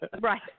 right